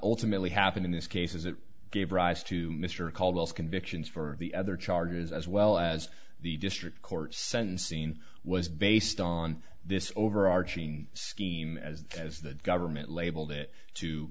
ltimately happened in this case as it gave rise to mr caldwell convictions for the other charges as well as the district court sentence scene was based on this overarching scheme as as the government labeled it to